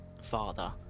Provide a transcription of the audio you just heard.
father